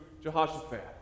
Jehoshaphat